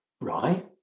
right